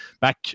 back